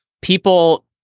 People